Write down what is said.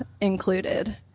included